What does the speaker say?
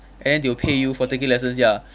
and then they'll pay you for taking lessons ya